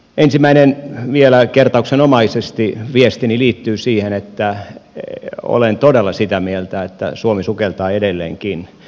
ensimmäinen vielä kertauksenomaisesti viestini liittyy siihen että olen todella sitä mieltä että suomi sukeltaa edelleenkin